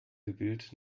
gewillt